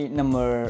number